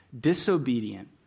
disobedient